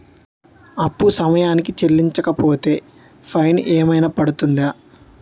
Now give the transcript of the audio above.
అప్పు సమయానికి చెల్లించకపోతే ఫైన్ ఏమైనా పడ్తుంద?